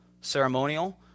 ceremonial